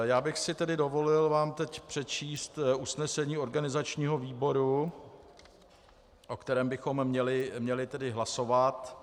Já bych si tedy dovolil vám teď přečíst usnesení organizačního výboru, o kterém bychom měli hlasovat.